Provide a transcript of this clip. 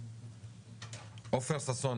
עופר שושן